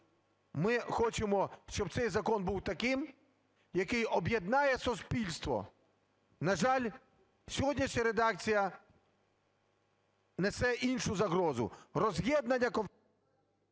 Ми хочемо, щоб цей закон був таким, який об'єднає суспільство. На жаль, сьогоднішня редакція несе іншу загрозу